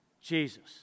Jesus